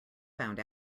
found